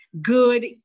Good